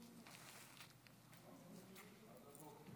איפה הוא?